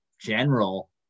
general